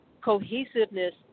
cohesiveness